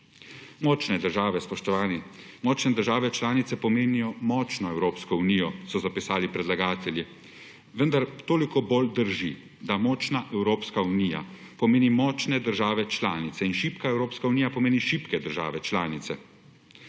unije. Spoštovani, močne države članice pomenijo močno Evropsko unijo, so zapisali predlagatelji. Vendar toliko bolj drži, da močna Evropske unija pomeni močne države članice in šibka Evropske unija pomeni šibke države članice.